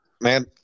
man